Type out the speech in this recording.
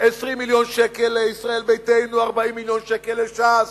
20 מיליון שקל לישראל ביתנו, 40 מיליון שקל לש"ס,